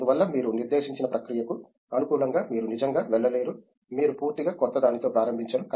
అందువల్ల మీరు నిర్దేశించిన ప్రక్రియకు అనుకూలంగా మీరు నిజంగా వెళ్ళలేరు మీరు పూర్తిగా క్రొత్తదానితో ప్రారంభించరు